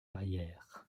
arrière